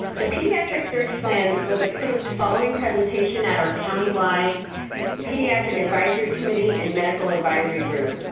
the pediatric surge plan was approved following presentation at our countywide pediatric advisory committee and medical advisory group.